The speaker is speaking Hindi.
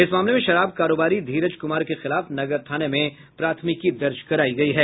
इस मामले में शराब कारोबारी धीरज क्मार के खिलाफ नगर थाना में प्राथमिकी दर्ज करायी गयी है